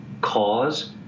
cause